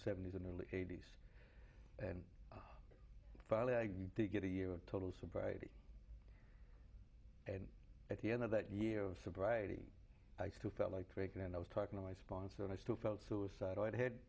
and early eighty's and finally i did get a year of total sobriety and at the end of that year of sobriety i still felt like drinking and i was talking to my sponsor and i still felt suicidal and had